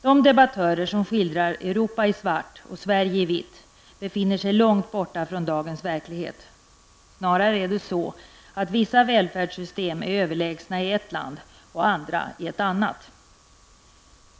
De debattörer som skildrar Europa i svart och Sverige i vitt befinner sig långt borta från dagens verklighet. Snarare är det så att vissa välfärdssystem är överlägsna i ett land och andra i ett annat.